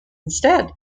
instead